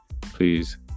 please